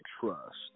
Trust